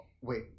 Wait